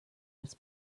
als